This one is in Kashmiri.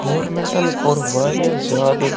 گورمِنٹَن کوٚر واریاہ زیادٕ